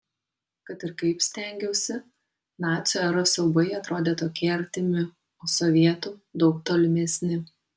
kad ir kaip stengiausi nacių eros siaubai atrodė tokie artimi o sovietų daug tolimesni